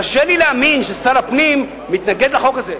קשה לי להאמין ששר הפנים מתנגד לחוק הזה.